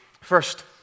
First